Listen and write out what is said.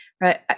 right